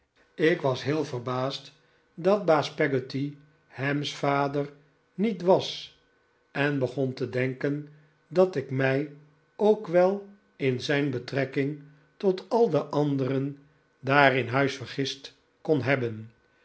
ik was heel verbaasd dat baas peggotty ham's vader niet was en begon te denken dat ik mij ook wel in zijn betrekking tot al met emily aan het strand de anderen daar in huis vergist kon hebben